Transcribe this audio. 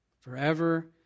forever